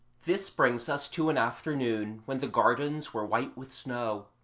this brings us to an afternoon when the gardens were white with snow,